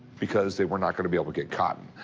because they were not going to be able to get cotton.